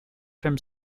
term